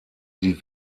die